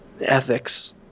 ethics –